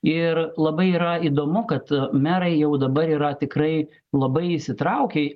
ir labai yra įdomu kad merai jau dabar yra tikrai labai įsitraukę